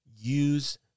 Use